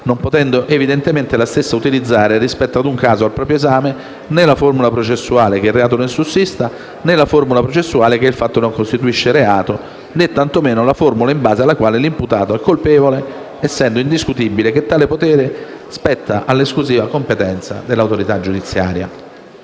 non potendo evidentemente la stessa utilizzare, rispetto a un caso al proprio esame, né la formula processuale che il reato non sussiste, né la formula processuale che il fatto non costituisce reato e né tantomeno la formula in base alla quale l'imputato è colpevole, essendo indiscutibile che tale potere spetti all'esclusiva competenza dell'autorità giudiziaria.